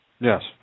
Yes